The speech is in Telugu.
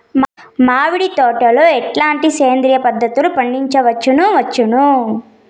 మామిడి తోటలో ఎట్లాంటి సేంద్రియ పద్ధతులు పాటించవచ్చును వచ్చును?